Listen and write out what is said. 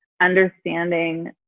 understanding